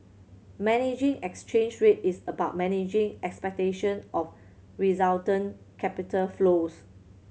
managing exchange rate is about managing expectation of resultant capital flows